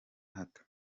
hato